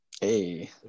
Hey